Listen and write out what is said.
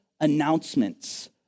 announcements